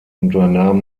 unternahm